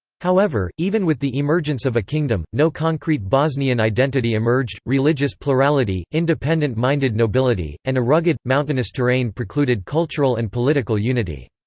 however, even with the emergence of a kingdom, no concrete bosnian identity emerged religious plurality, independent-minded nobility, and a rugged, mountainous terrain precluded cultural and political unity.